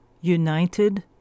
United